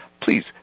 Please